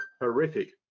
horrific